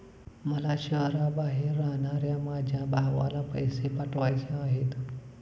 मला शहराबाहेर राहणाऱ्या माझ्या भावाला पैसे पाठवायचे आहेत